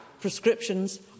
Prescriptions